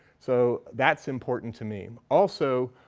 so that's important to me. also,